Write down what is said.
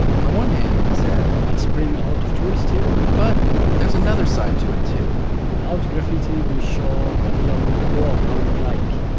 on the one hand, he said, it's bring a lot of tourists here but there's another side to it too without graffiti we show the real wall. how look like.